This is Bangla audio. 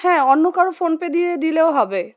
হ্যাঁ অন্য কারো ফোনপে দিয়ে দিলেও হবে